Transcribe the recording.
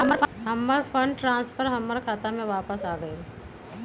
हमर fund transfer हमर खाता में वापस आ गेल